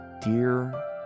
dear